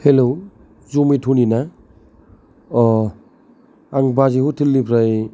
hello जमेट'नि ना अ' आं बाजै ह'टेल निफ्राय